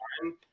time